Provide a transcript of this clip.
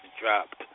dropped